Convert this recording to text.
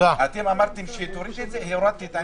ביקשתם להוריד את זה והורדתי.